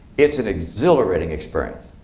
it's an exhilarating experience.